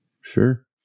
Sure